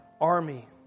army